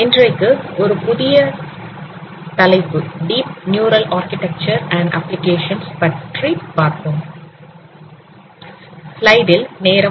இன்றைக்கு ஒரு புதிய தலைப்பு deep neural architecture and applications பற்றி பார்ப்போம்